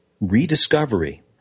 rediscovery